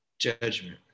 Judgment